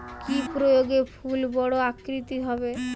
কি প্রয়োগে ফুল বড় আকৃতি হবে?